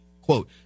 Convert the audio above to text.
Quote